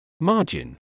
margin